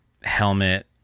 helmet